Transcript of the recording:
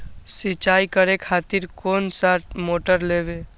सीचाई करें खातिर कोन सा मोटर लेबे?